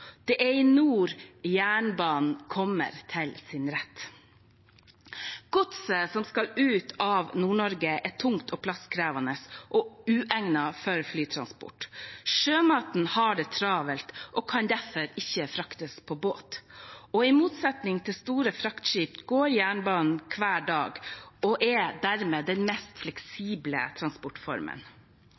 Det er i nord jernbanen kommer til sin rett. Godset som skal ut av Nord-Norge, er tungt og plasskrevende og uegnet for flytransport. Sjømaten har det travelt og kan derfor ikke fraktes med båt. I motsetning til store fraktskip går jernbanen hver dag og er dermed den mest fleksible transportformen.